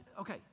Okay